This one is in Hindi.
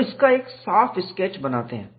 तो इसका एक साफ स्केच बनाते हैं